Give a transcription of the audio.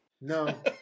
No